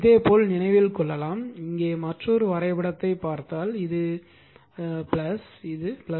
எனவே இதேபோல் நினைவில் கொள்ளலாம் இங்கே மற்றொரு வரைபடத்தை பார்த்தால் இது என்னுடையது இது